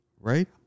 right